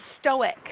stoic